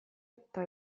eta